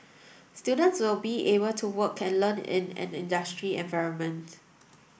students will be able to work and learn in an industry environment